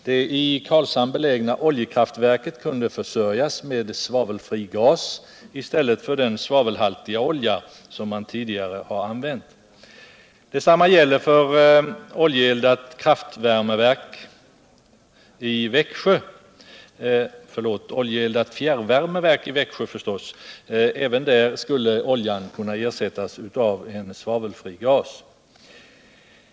Det i Karlshamn belägna oljekraftverket kunde då tförsörjias med svavelfri gas i stället för den svavelhaltiga olja som tidigare använts. Detsamma gäller för det oljeeldade fjärrvärmeverket i Växjö. Även där skulle oljan kunna ersättas av svavelfri gas.